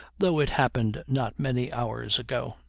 though it happened not many hours ago.